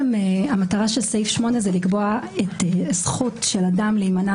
המטרה של סעיף 8 היא לקבוע את זכות של אדם להימנע